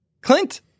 Clint